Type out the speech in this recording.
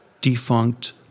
defunct